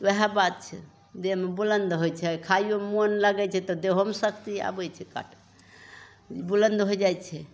वएह बात छै देहमे बुलन्द होइ छै खाइयौमे मोन लगय छै तऽ देहोमे शक्ति आबय छै बुलन्द होइ जाइ छै